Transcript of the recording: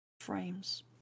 frames